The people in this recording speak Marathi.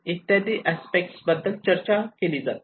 इत्यादी अस्पेक्ट चर्चा केले जातात